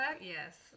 yes